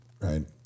right